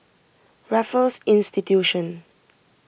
Raffles Institution